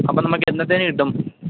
അപ്പം നമുക്ക് എന്നത്തേന് കിട്ടും